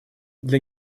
для